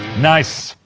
nice